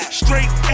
straight